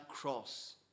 cross